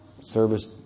service